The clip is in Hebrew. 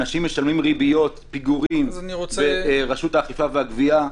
אנשים משלמים ריביות פיגורים לרשות האכיפה והגבייה,